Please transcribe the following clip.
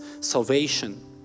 salvation